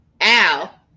Al